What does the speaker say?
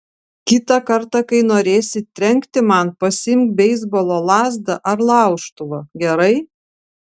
kitą kartą kai norėsi trenkti man pasiimk beisbolo lazdą ar laužtuvą gerai